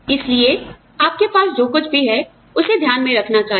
इसलिए आपके पास जो कुछ भी है उसे ध्यान में रखना चाहिए